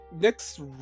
next